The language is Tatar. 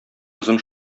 озын